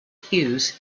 hughes